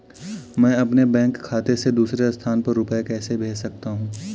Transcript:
मैं अपने बैंक खाते से दूसरे स्थान पर रुपए कैसे भेज सकता हूँ?